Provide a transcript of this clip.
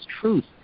truth